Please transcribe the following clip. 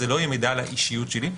וזה לא יהיה מידע על האישיות שלי,